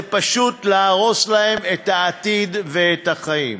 זה פשוט להרוס להם את העתיד ואת החיים.